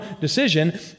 decision